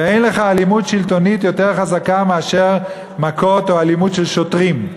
ואין לך אלימות שלטונית יותר חזקה מאשר מכות או אלימות של שוטרים,